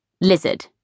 Lizard